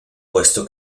puesto